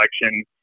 election